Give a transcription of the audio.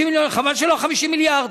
50 מיליון,